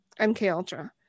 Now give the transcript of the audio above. MKUltra